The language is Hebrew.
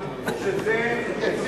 אל תתלהב.